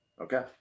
Okay